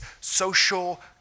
social